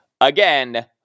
Again